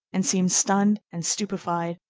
and seemed stunned and stupefied,